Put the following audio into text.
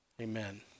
Amen